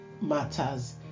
matters